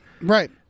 Right